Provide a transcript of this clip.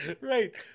Right